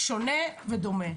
שונה ודומה.